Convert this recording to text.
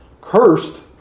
cursed